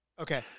Okay